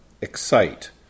Excite